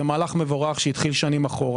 זה מהלך מבורך שהחל אחורה.